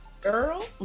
girl